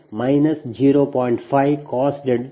5 0